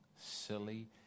silly